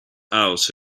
out